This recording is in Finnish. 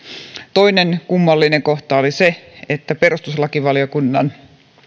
toinen kummallinen kohta oli se että perustuslakivaliokunnan